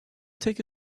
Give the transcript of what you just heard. take